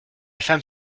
femme